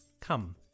Come